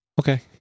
Okay